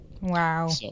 Wow